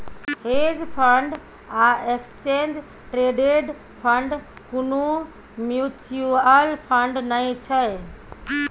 hedge fund आ exchange traded fund कुनु mutual fund नै छै